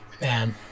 Man